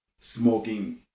smoking